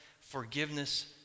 forgiveness